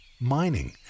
mining